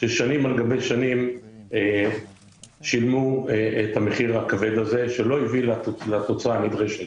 ששנים על גבי שנים שילמו את המחיר הכבד הזה שלא הביא לתוצאה הנדרשת.